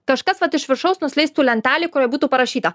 kažkas vat iš viršaus nusileistų lentelė kurioj būtų parašyta